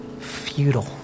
futile